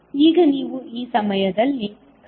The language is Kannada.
ಈಗ ನೀವು ಈ ಸಮಯದಲ್ಲಿ ಕರೆಂಟ್ ವಿಭಾಗವನ್ನು ಬಳಸುತ್ತೀರಿ